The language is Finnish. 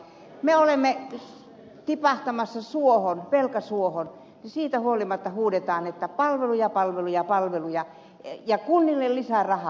me olemme tipahtamassa velkasuohon ja siitä huolimatta huudetaan että palveluja palveluja palveluja ja kunnille lisää rahaa